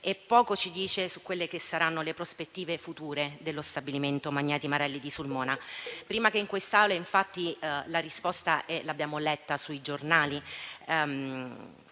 e poco ci dice su quelle che saranno le prospettive future dello stabilimento Magneti Marelli di Sulmona. Prima che in quest'Aula, infatti, la risposta l'abbiamo letta sui giornali: